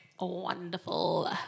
Wonderful